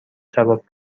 جواب